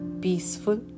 peaceful